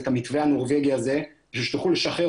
את המתווה הנורבגי הזה בשביל שתוכלו לשחרר